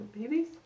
babies